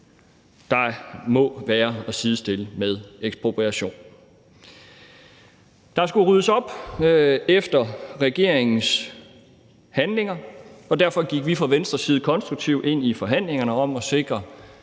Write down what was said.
der må være at sidestille med ekspropriation. Der skulle ryddes op efter regeringens handlinger, og derfor gik vi fra Venstres side konstruktivt ind i forhandlingerne om at sikre